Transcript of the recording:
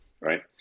right